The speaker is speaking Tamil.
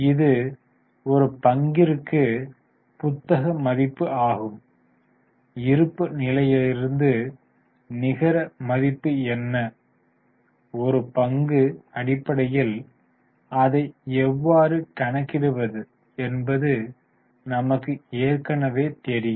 இது ஒரு பங்கிற்கு புத்தக மதிப்பு ஆகும் இருப்பு நிலையிலிருந்து நிகர மதிப்பு என்ன ஒரு பங்கு அடிப்படையில் அதை எவ்வாறு கணக்கிடுவது என்பது நமக்கு ஏற்கனவே தெரியும்